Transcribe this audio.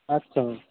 আচ্ছা ম্যাম